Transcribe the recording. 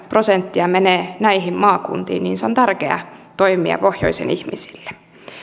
prosenttia menee näihin maakuntiin niin se on tärkeä toimija pohjoisen ihmisille